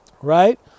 right